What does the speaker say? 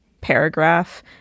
paragraph